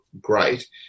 great